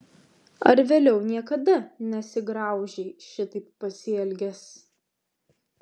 ar vėliau niekada nesigraužei šitaip pasielgęs